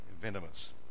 venomous